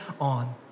on